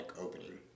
opening